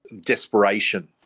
desperation